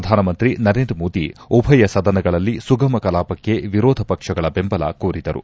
ಪ್ರಧಾನಮಂತ್ರಿ ನರೇಂದ್ರ ಮೋದಿ ಉಭಯ ಸದನಗಳಲ್ಲಿ ಸುಗಮ ಕಲಾಪಕ್ಕೆ ವಿರೋಧ ಪಕ್ಷಗಳ ಬೆಂಬಲ ಕೋರಿದರು